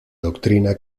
doctrina